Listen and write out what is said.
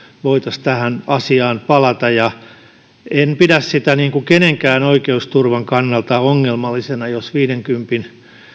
voitaisiin tähän asiaan palata en pidä sitä kenenkään oikeusturvan kannalta ongelmallisena jos viidenkympin